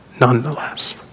Nonetheless